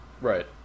Right